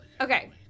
Okay